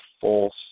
false